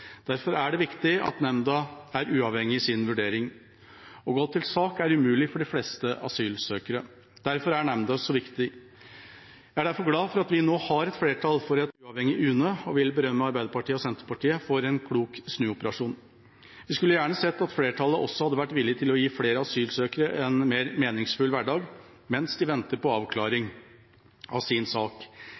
Derfor er det viktig at nemnda er uavhengig i sin vurdering. Å gå til sak er umulig for de fleste asylsøkere, og derfor er nemnda så viktig. Jeg er derfor glad for at vi nå har et flertall for et uavhengig UNE, og jeg vil berømme Arbeiderpartiet og Senterpartiet for en klok snuoperasjon. Vi skulle gjerne ha sett at flertallet også hadde vært villig til å gi flere asylsøkere en mer meningsfull hverdag mens de venter på avklaring av sin sak.